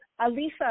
Alisa